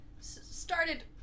started